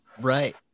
right